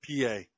PA